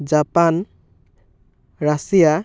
Japan Russia